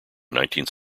nineteenth